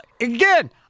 Again